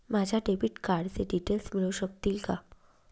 माझ्या डेबिट कार्डचे डिटेल्स मिळू शकतील का?